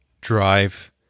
drive